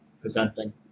presenting